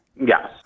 Yes